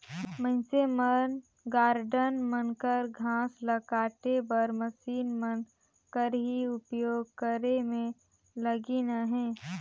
मइनसे मन गारडन मन कर घांस ल काटे बर मसीन मन कर ही उपियोग करे में लगिल अहें